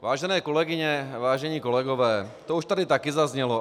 Vážené kolegyně, vážení kolegové, už to tady taky zaznělo.